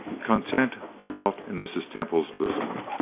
content dwelt in mrs. temple's bosom,